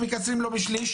שליש